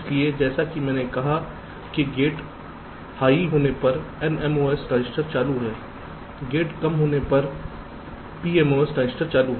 इसलिए जैसा कि मैंने कहा कि गेट हाई होने पर NMOS ट्रांजिस्टर चालू है गेट कम होने पर PMOS ट्रांजिस्टर चालू है